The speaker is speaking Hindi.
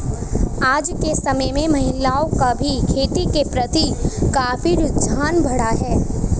आज के समय में महिलाओं का भी खेती के प्रति काफी रुझान बढ़ा है